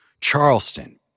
Charleston